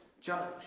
judge